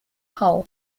hull